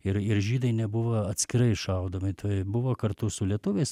ir ir žydai nebuvo atskirai šaudomi tai buvo kartu su lietuviais